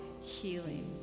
healing